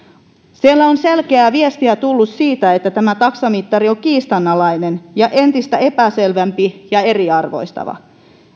sieltä on selkeää viestiä tullut siitä että tämä taksamittari on kiistanalainen ja entistä epäselvempi ja eriarvoistava